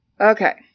Okay